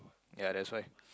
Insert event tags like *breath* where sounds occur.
ya that's why *breath*